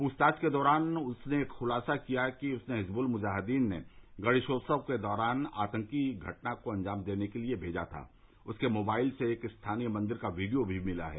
पूछताछ के दौरान उसने खुलासा किया है कि उसे हिजबुल मुजाहिदीन ने गणेशोत्सव के दौरान आतंकी घटना को अंजाम देने के लिए भेजा था उसके मोबाइल से एक स्थानीय मंदिर का वीडियो भी मिला है